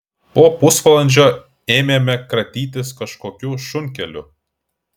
po pusvalandžio ėmėme kratytis kažkokiu šunkeliu